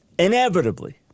inevitably